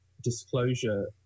disclosure